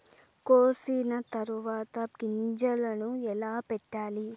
కోసిన తర్వాత గింజలను ఎలా పెట్టాలి